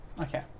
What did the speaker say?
Okay